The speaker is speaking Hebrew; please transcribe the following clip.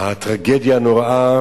הטרגדיה הנוראה,